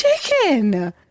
chicken